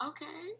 Okay